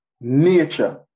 nature